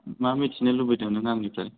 मा मिथिनो लुबैदों नों आंनिफ्राय